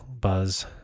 buzz